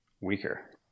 weaker